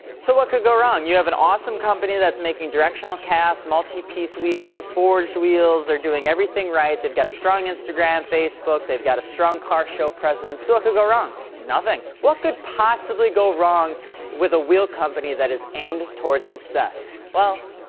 so what could go wrong? you have an awesome company that's making directional cast, multi-piece wheels, forged wheels. they're doing everything right. they've got a strong instagram, facebook. they've got a strong car show presence. so what could go wrong? nothing. what could possibly go wrong with a wheel company that is aimed towards success? well,